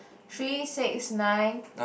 three six nine